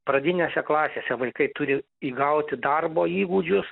pradinėse klasėse vaikai turi įgauti darbo įgūdžius